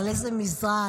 על איזה מזרן,